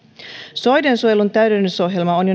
soidensuojelun täydennysohjelma on